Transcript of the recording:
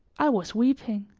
i was weeping.